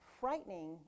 frightening